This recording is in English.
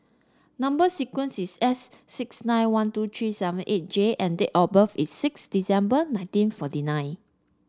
number sequence is S six nine one two three seven eight J and date of birth is six December nineteen forty nine